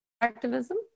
activism